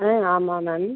ஆமாம் மேம்